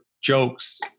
jokes